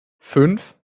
fünf